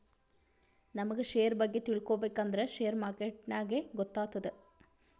ನಮುಗ್ ಶೇರ್ ಬಗ್ಗೆ ತಿಳ್ಕೋಬೇಕ್ ಅಂದುರ್ ಶೇರ್ ಮಾರ್ಕೆಟ್ನಾಗೆ ಗೊತ್ತಾತ್ತುದ